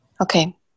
Okay